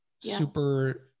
super